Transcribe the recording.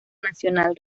nacional